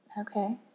Okay